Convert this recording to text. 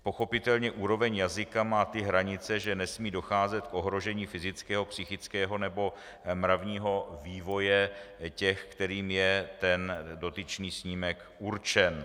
Pochopitelně úroveň jazyka má ty hranice, že nesmí docházet k ohrožení fyzického, psychického nebo mravního vývoje těch, kterým je ten dotyčný snímek určen.